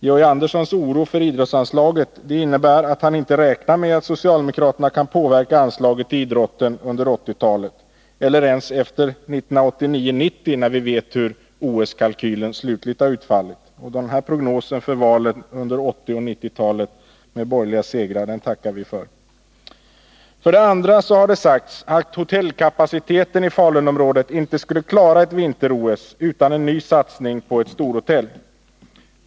Georg Anderssons oro för idrottsanslaget innebär att han inte räknar med att socialdemokraterna kan påverka anslaget till idrotten under 1980-talet eller ens efter 1989/90, när vi vet hur OS-kalkylen slutligt har utfallit. Denna prognos för valen under 1980 och 1990-talen med borgerliga segrar tackar vi för. För det andra har det sagts att hotellkapaciteten i Falunområdet inte skulle klara ett vinter-OS utan en ny satsning på ett storhotell.